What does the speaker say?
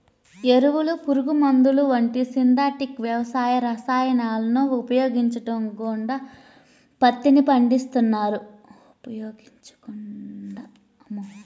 ఎరువులు, పురుగుమందులు వంటి సింథటిక్ వ్యవసాయ రసాయనాలను ఉపయోగించకుండా పత్తిని పండిస్తున్నారు